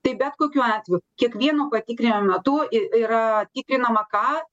tai bet kokiu atveju kiekvieno patikrinimo metu y yra tikrinama ką